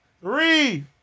Three